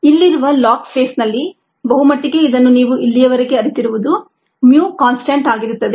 ಇಲ್ಲಿರುವ ಲಾಗ್ ಫೇಸ್ನಲ್ಲಿ ಬಹುಮಟ್ಟಿಗೆ ಇದನ್ನು ನೀವು ಇಲ್ಲಿಯವರೆಗೆ ಅರಿತಿರುವುದು mu ಕಾನ್ಸ್ಟಂಟ್ ಆಗಿರುತ್ತದೆ